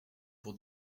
pour